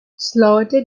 slaughter